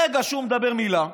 ברגע שהוא מדבר מילה,